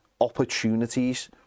opportunities